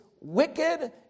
wicked